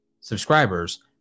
subscribers